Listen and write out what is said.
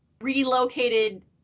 relocated